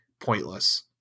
pointless